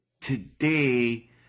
today